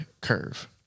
curve